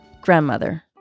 grandmother